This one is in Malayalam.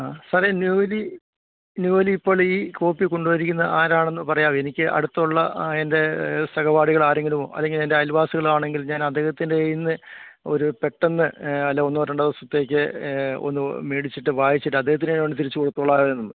സാറേ ന്യൂലി ന്യൂലി ഇപ്പോൾ ഈ കോപ്പി കൊണ്ടുപോയിരിക്കുന്നത് ആരാണെന്ന് പറയാവോ എനിക്ക് അടുത്തുള്ള എൻ്റെ സഹപാഠികള് ആരെങ്കിലും അല്ലെങ്കില് എന്റെ അയൽവാസികളാണെങ്കിൽ ഞാനദ്ദേഹത്തിൻ്റെ കൈയ്യിന്ന് ഒരു പെട്ടെന്ന് അല്ല ഒന്നോ രണ്ടോ ദിവസത്തേക്ക് ഒന്ന് മേടിച്ചിട്ട് വായിച്ചിട്ട് അദ്ദേഹത്തിനു തന്നെ തിരിച്ചു കൊടുത്തോളാമായിരുന്നു